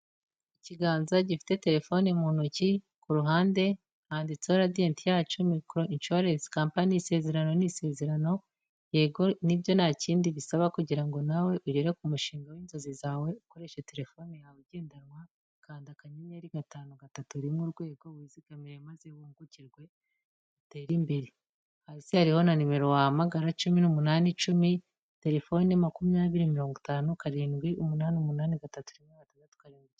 Ikiganza gifite telefone mu ntoki ku ruhande handitseho radiyati yacu mikoro ishuwarensi kampani, isezerano ni isezerano yego nibyo ntakindi bisaba kugirango nawe ugere ku mushinga w'inzozi zawe ukoreshe telefone yawe igendanwa kanda kannyeri gatanu gatatu rimwe urwego wizigamira maze wungukirwe utere imbere hacyariho na nimero wamagara cumi'umunani icumi telefoni makumyabiri mirongo itanu karindwi umunani umunnani gatatu.